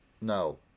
no